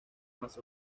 más